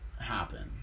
happen